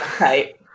Right